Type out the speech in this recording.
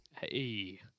Hey